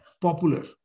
popular